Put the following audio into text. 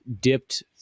dipped